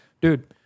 Dude